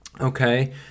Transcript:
okay